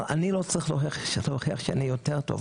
אבל אני לא צריך להוכיח שאני יותר טוב,